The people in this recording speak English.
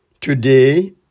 Today